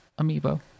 amiibo